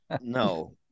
No